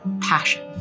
passion